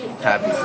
happy